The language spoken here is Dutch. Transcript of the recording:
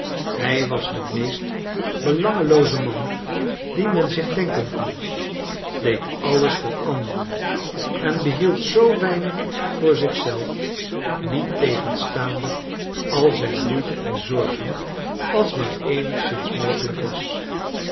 hij was de meest belangelooze man dien men zich denken kon deed alles voor anderen en behield zoo weinig voor zich zelf niettegenstaande al zijn moeite en zorgen als maar eenigszins mogelijk was